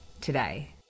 today